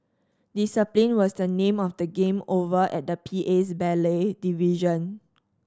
discipline was the name of the game over at the PA's ballet division